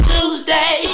Tuesday